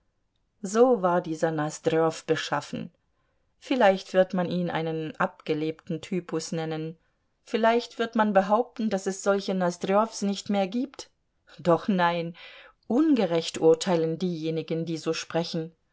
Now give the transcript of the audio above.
so war dieser nosdrjow beschaffen vielleicht wird man ihn einen abgelebten typus nennen vielleicht wird man behaupten daß es solche nosdrjows nicht mehr gibt doch nein ungerecht urteilen diejenigen die so sprechen